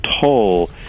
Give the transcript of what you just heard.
toll